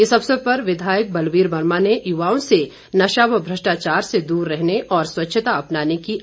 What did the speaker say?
इस अवसर पर विधायक बलवीर वर्मा ने युवाओं से नशा व भ्रष्टाचार से दूर रहने और स्वच्छता अपनाने की अपील की